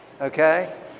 okay